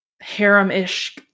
harem-ish